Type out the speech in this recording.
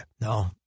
No